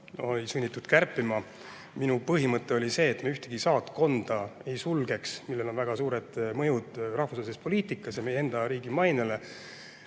oli sunnitud kärpima. Minu põhimõte oli see, et me ühtegi saatkonda ei sulgeks, sest sellel on väga suur mõju rahvusvahelises poliitikas ja meie enda riigi mainele.